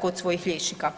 kod svojih liječnika.